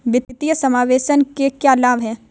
वित्तीय समावेशन के क्या लाभ हैं?